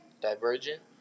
Divergent